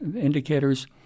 indicators